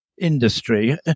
industry